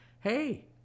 hey